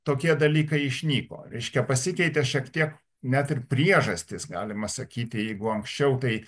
tokie dalykai išnyko reiškia pasikeitė šiek tiek net ir priežastys galima sakyti jeigu anksčiau tai